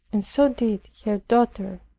and so did her daughter.